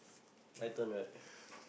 my turn right